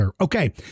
Okay